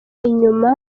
inyuma